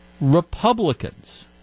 Republicans